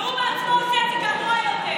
והוא בעצמו עושה את זה גרוע יותר.